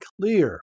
clear